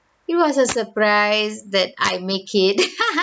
it was a surprise that I make it